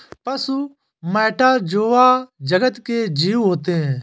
पशु मैटा जोवा जगत के जीव होते हैं